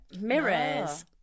mirrors